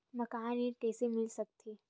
मकान ऋण कइसे मिल सकथे?